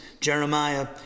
Jeremiah